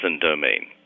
domain